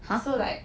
so like